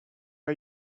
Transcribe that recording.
are